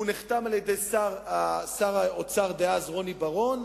הוא נחתם על-ידי שר האוצר דאז, רוני בר-און,